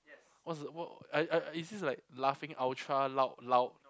what's the wha~ I I is this like laughing ultra loud loud